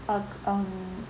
uh um